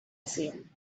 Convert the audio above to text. seen